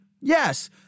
Yes